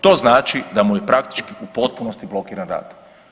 To znači da mu je praktički u potpunosti blokiran rad.